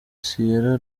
sierra